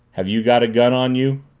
have you got a gun on you?